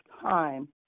time